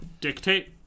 dictate